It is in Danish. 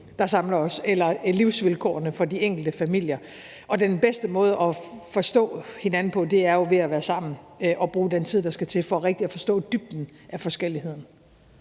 der samler os, eller livsvilkårene for de enkelte familier, og den bedste måde at forstå hinanden på er at være sammen og bruge den tid, der skal til for rigtig at forstå dybden af forskelligheden.